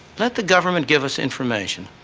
let the government give us information,